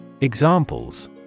Examples